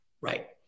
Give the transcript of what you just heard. right